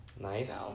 Nice